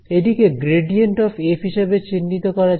এটিকে gradient of F হিসাবে চিহ্নিত করা যায়